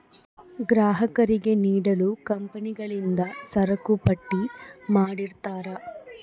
ಗ್ರಾಹಕರಿಗೆ ನೀಡಲು ಕಂಪನಿಗಳಿಂದ ಸರಕುಪಟ್ಟಿ ಮಾಡಿರ್ತರಾ